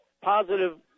positive